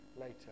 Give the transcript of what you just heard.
later